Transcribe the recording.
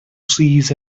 cease